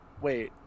Wait